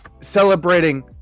celebrating